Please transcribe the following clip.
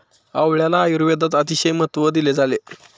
आवळ्याला आयुर्वेदात अतिशय महत्त्व दिलेले आहे